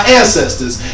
ancestors